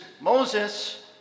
Moses